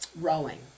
rowing